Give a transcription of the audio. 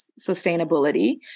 sustainability